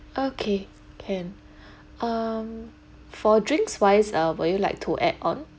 okay can um for drinks wise uh would you like to add on